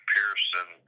Pearson